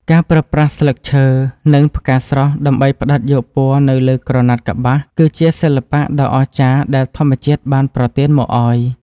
ការប្រើប្រាស់ស្លឹកឈើ និង ផ្កាស្រស់ដើម្បីផ្ដិតយកពណ៌នៅលើក្រណាត់កប្បាស គឺជាសិល្បៈដ៏អស្ចារ្យដែលធម្មជាតិបានប្រទានមកឱ្យ។